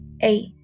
Eight